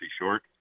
short